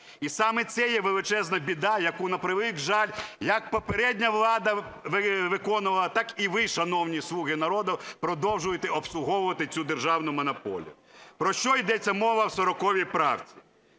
І саме це є величезна біда, яку, на превеликий жаль, як попередня влада виконувала, так і ви, шановні "слуги народу", продовжуєте обслуговувати цю державну монополію. Про що йдеться мова в 40 правці.